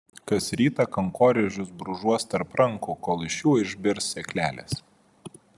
kas rytą kankorėžius brūžuos tarp rankų kol iš jų išbirs sėklelės